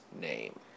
name